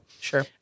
sure